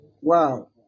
Wow